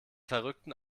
verrückten